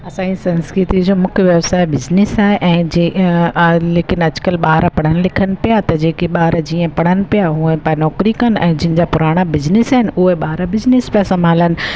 असांजी संस्कृति जो मुख्य व्यवसाय बिज़िनिस आहे ऐं जो आहे लेकिनि अॼुकल्ह ॿार पढ़नि लिखनि पिया त जेके ॿार जीअं पढ़नि पिया हूअं पा नौकिरी कनि ऐं जिनि जा पुराणा बिज़िनिस आहिनि उहे ॿार बिज़िनिस पिया संभालनि